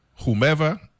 whomever